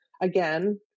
again